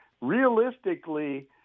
Realistically